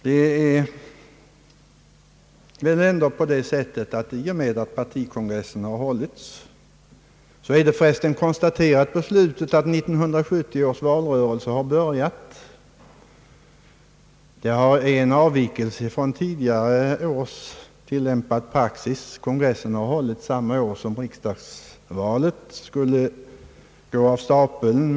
Det konstaterades i slutet av partikongressen att 1970 års valrörelse har börjat. Det är en avvikelse från tidigare tillämpad praxis, då kongressen hållits samma år som riksdagsvalet skulle gå av stapeln.